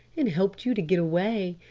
and helped you to get away?